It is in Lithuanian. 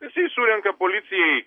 jisai surenka policijai